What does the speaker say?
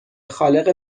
خالق